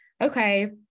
okay